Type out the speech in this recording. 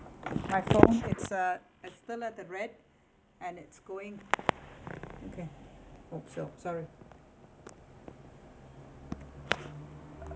my phone it's uh as turn out the red and it's going okay !oops! so sorry